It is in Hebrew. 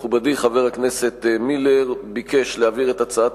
מכובדי חבר הכנסת מילר ביקש להעביר את הצעת